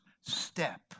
step